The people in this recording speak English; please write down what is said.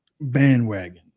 bandwagon